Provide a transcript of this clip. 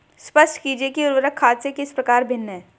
स्पष्ट कीजिए कि उर्वरक खाद से किस प्रकार भिन्न है?